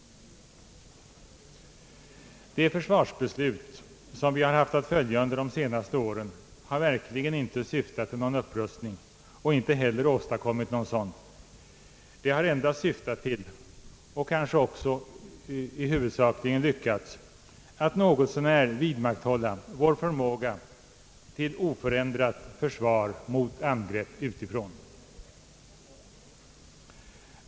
Det försvarsbeslut som vi haft att rätta oss efter under de senaste åren har verkligen inte syftat till någon upprustning och har inte heller åstadkommit någon sådan. Det har endast — och har väl också i stort sett lyckats härmed — syftat till att något så när vidmakthålla vår förmåga till oförändrat försvar mot angrepp utifrån.